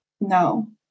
no